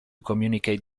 communicate